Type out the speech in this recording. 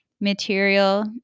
material